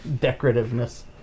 decorativeness